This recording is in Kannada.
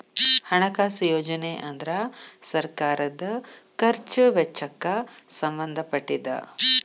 ಹಣಕಾಸು ಯೋಜನೆ ಅಂದ್ರ ಸರ್ಕಾರದ್ ಖರ್ಚ್ ವೆಚ್ಚಕ್ಕ್ ಸಂಬಂಧ ಪಟ್ಟಿದ್ದ